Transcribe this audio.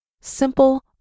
simple